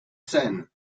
scène